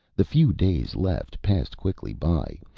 the few days left passed quickly by,